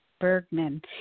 Bergman